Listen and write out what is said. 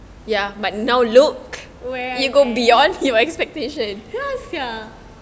where I am ya sia